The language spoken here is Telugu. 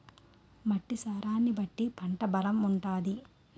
మట్టి సారాన్ని బట్టి పంట బలం ఉంటాది